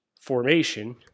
formation